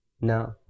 No